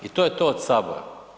I to je to od sabora.